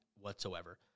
whatsoever